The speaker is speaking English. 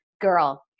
girl